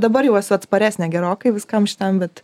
dabar jau esu atsparesnė gerokai viskam šitam bet